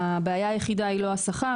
הבעיה היחידה היא לא השכר,